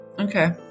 okay